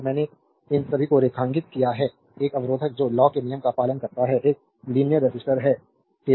तो मैंने इन सभी को रेखांकित किया है एक अवरोधक जो law के नियम का पालन करता है एक लीनियर रजिस्टर के रूप में जाना जाता है